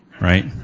right